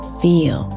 feel